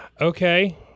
Okay